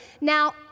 Now